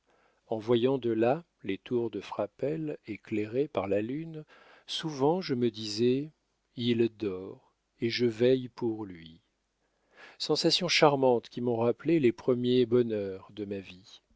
en voyant de là les tours de frapesle éclairées par la lune souvent je me disais il dort et je veille pour lui sensations charmantes qui m'ont rappelé les premiers bonheurs de ma vie